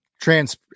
trans